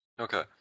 Okay